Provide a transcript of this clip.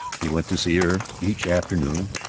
he went to see her each afternoon,